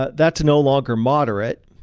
ah that's no longer moderate.